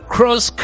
Cross